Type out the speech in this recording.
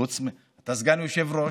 חוץ ממך, סגן היושב-ראש,